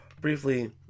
briefly